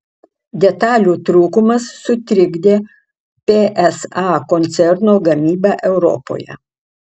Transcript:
detalių trūkumas sutrikdė psa koncerno gamybą europoje